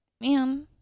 man